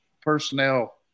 personnel